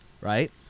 right